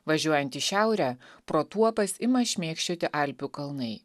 važiuojant į šiaurę pro tuopas ima šmėkščioti alpių kalnai